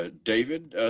ah david.